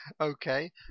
Okay